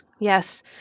yes